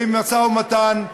ומשא-ומתן,